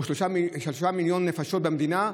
או שלושה מיליון נפשות במדינה,